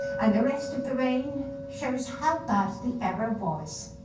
and the rest of the reign shows how bad the error was.